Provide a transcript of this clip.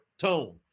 tone